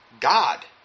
God